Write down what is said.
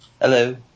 Hello